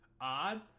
odd